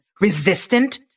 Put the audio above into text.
resistant